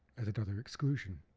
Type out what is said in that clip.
as another exclusion.